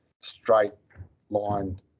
straight-lined